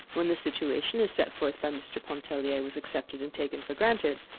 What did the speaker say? when the situation as set forth by mr. pontellier was accepted and taken for granted,